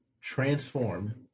transform